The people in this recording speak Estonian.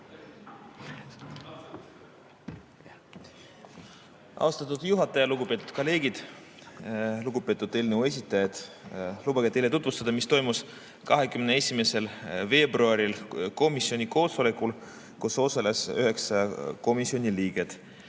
Austatud juhataja! Lugupeetud kolleegid! Lugupeetud eelnõu esitajad! Lubage teile tutvustada, mis toimus 21. veebruaril komisjoni koosolekul, kus osales üheksa komisjoni liiget.